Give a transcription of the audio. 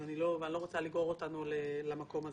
ואני לא רוצה לגרור אותנו למקום הזה.